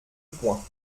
point